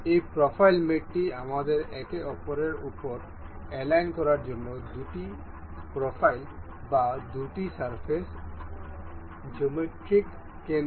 এই প্রোফাইল মেটটি আমাদের একে অপরের উপর অ্যালাইন করার জন্য দুটি প্রোফাইল বা দুটি সারফেসের জিওমেট্রিক কেন্দ্রটি অ্যালাইন করতে দেয়